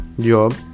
job